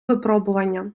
випробування